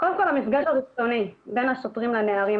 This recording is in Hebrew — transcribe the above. קודם כל המפגש הראשוני בין שוטרים לנערים.